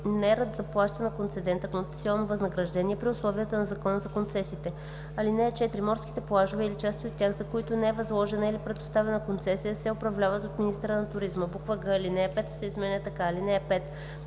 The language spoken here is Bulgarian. заплаща на концедента концесионно възнаграждение при условията на Закона за концесиите. (4) Морските плажове или части от тях, за които не е възложена или предоставена концесия, се управляват от министъра на туризма.“; г) алинея 5 се изменя така: „(5)